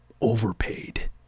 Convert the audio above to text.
overpaid